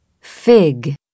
fig